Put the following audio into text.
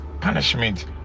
punishment